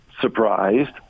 surprised